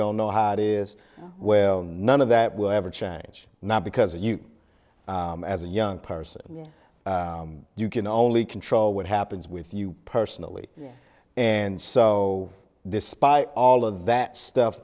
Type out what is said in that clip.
don't know how it is well none of that will ever change not because you as a young person you can only control what happens with you personally and so despite all of that stuff